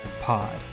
pod